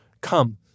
Come